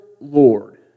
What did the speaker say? lord